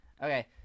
Okay